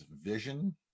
vision